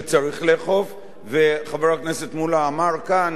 חבר הכנסת מולה אמר כאן, שגם בחוק הקיים,